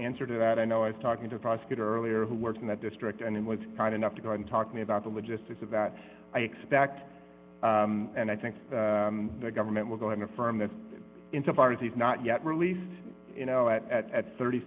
answer to that i know i was talking to a prosecutor earlier who works in that district and it was kind enough to go on talking about the logistics of that i expect and i think the government will go and affirm that insofar as he's not yet released you know at at at thirty